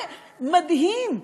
מדהים.